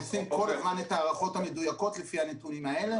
ואנחנו עושים כל הזמן את הערכות המדויקות לפי הנתונים האלה.